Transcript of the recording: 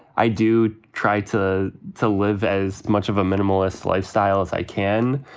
i do try to to live as much of a minimalist lifestyle as i can.